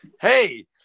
hey